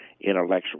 intellectual